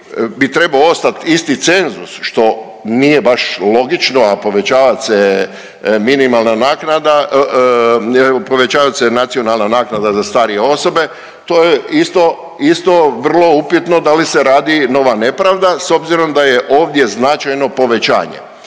bi trebao ostati isti cenzus, što nije baš logično, a povećava se minimalna naknada, povećava se nacionalna naknada za starije osobe, to je isto, isto vrlo upitno da li se radi nova nepravda, s obzirom da je ovdje značajno povećanje.